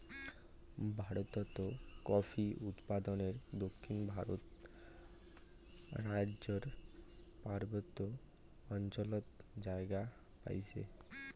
ভারতত কফি উৎপাদনে দক্ষিণ ভারতর রাইজ্যর পার্বত্য অঞ্চলত জাগা পাইছে